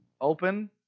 Open